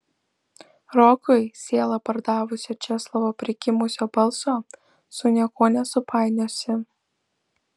rokui sielą pardavusio česlovo prikimusio balso su niekuo nesupainiosi